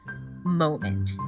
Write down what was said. moment